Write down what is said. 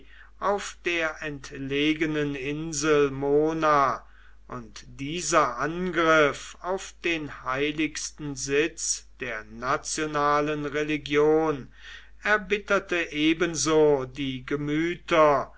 auf der entlegenen insel mona und dieser angriff auf den heiligsten sitz der nationalen religion erbitterte ebenso die gemüter